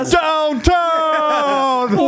downtown